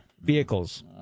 vehicles